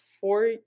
four